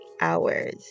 hours